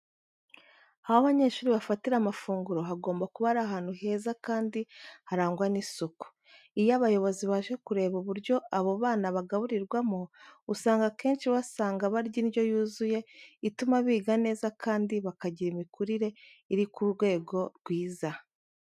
Aho abanyeshuri bafatira amafunguro hagomba kuba ari ahantu heza kandi harangwa n'isuku. Iyo abayobozi baje kureba uburyo abo bana bagaburirwamo usanga akenshi basanga barya indyo yuzuye ituma biga neza kandi bakagira imikurire uri ku rwego rwiza.